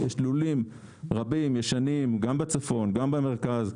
יש לולים רבים ישנים, גם בצפון, גם במרכז,